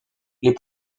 les